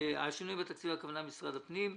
השינויים בתקציב - הכוונה למשרד הפנים.